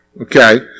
Okay